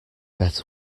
better